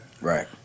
right